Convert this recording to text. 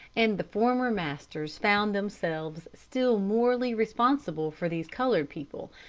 and the former masters found themselves still morally responsible for these colored people,